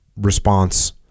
response